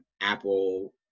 Apple